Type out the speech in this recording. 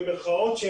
במירכאות,